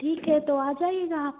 ठीक है तो आ जाइएगा आप